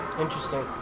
Interesting